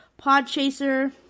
Podchaser